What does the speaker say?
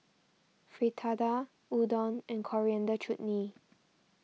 Fritada Udon and Coriander Chutney